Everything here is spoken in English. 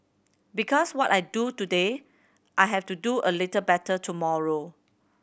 because what I do today I have to do a little better tomorrow